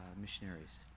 missionaries